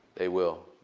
they will.